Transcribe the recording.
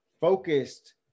focused